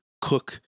cook